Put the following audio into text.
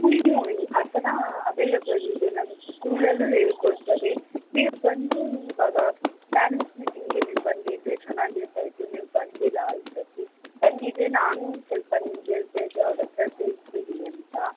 ಆ ಥರ ಅವೈಲಬಲ್ ಇದೆ ನಮ್ಮ ಸ್ಕೂಲಲ್ಲೂ ಹೇಳ್ಕೊಡ್ತಾರೆ ನೀವು ಬಂದು ಇವಾಗ ಪ್ಯಾರೆಂಟ್ಸ್ ಮೀಟಿಂಗ್ಗೆ ನೀವು ಬಂದಿದ್ದರೆ ಚೆನ್ನಾಗಿ ಇರ್ತಾಯಿತ್ತು ನೀವು ಬಂದಿಲ್ಲ ಈ ಸರ್ತಿ ಬಂದಿದ್ದರೆ ನಾನು ಸ್ವಲ್ಪ ನಿಮ್ಗೆ ಹೇಳ್ತಾಯಿದ್ದೆ ಅವ್ರ ಹತ್ರ ಸೇರಿಸ್ಬಿಡಿ ಅಂತ